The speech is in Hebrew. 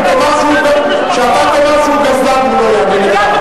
שאתה תאמר שהוא גזלן והוא לא יענה לך?